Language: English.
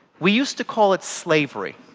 we used to call it slavery.